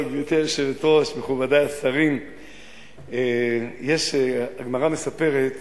גברתי היושבת-ראש, מכובדי השרים, הגמרא מספרת